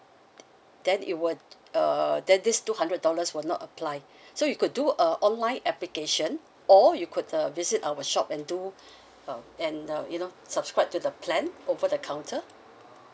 then it will err then this two hundred dollars will not apply so you could do a online application or you could uh visit our shop and do um and uh you know subscribe to the plan over the counter